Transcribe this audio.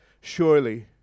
Surely